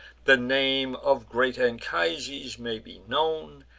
the name of great anchises may be known,